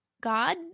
God